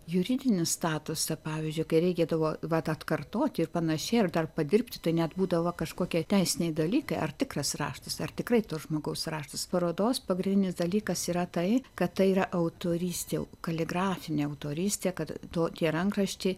juridinį statusą pavyzdžiui kai reikėdavo vat atkartoti ir panašiai ar dar padirbti tai net būdavo kažkokie teisiniai dalykai ar tikras raštas ar tikrai to žmogaus raštas parodos pagrindinis dalykas yra tai kad tai yra autorystė kaligrafinė autorystė kad to tie rankraščiai